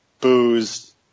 booze